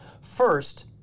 First